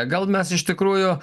gal mes iš tikrųjų